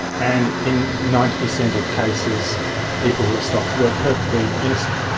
and in ninety percent of cases people who were stopped were perfectly innocent.